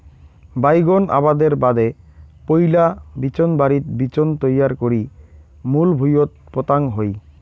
বাইগোন আবাদের বাদে পৈলা বিচোনবাড়িত বিচোন তৈয়ার করি মূল ভুঁইয়ত পোতাং হই